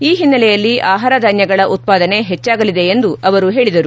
ಈ ಹಿನ್ನೆಲೆಯಲ್ಲಿ ಆಹಾರ ಧಾನ್ಯಗಳ ಉತ್ಪಾದನೆ ಹೆಚ್ಚಾಗಲಿದೆ ಎಂದು ಹೇಳಿದರು